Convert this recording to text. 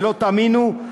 ולא תאמינו,